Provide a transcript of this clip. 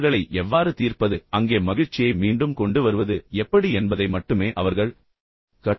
மோதல்களை எவ்வாறு தீர்ப்பது அங்கேயே மகிழ்ச்சியை மீண்டும் கொண்டு வருவது எப்படி என்பதை மட்டுமே அவர்கள் கற்றுக்கொண்டனர்